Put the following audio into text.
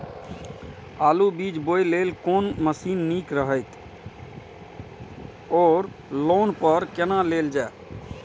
आलु बीज बोय लेल कोन मशीन निक रहैत ओर लोन पर केना लेल जाय?